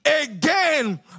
again